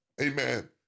Amen